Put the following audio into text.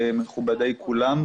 מכובדיי כולם.